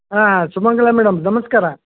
ಹಾಂ ಸುಮಂಗಲ ಮೇಡಮ್ ನಮಸ್ಕಾರ